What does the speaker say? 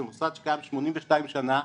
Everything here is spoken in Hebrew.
זה מוסד שקיים 82 שנה,